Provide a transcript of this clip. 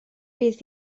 bydd